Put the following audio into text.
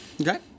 Okay